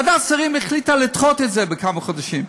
ועדת השרים החליטה לדחות את זה בכמה חודשים,